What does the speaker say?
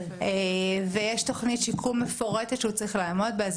יש תוכנית שיקום מפורטת שהוא צריך לעמוד בה.